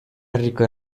herriko